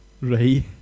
Right